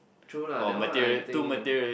true lah that one I think ah